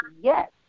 yes